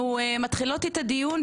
אנחנו מתחילות את הדיון,